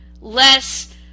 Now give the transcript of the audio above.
less